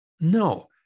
No